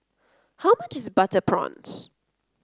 how much is Butter Prawns